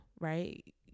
right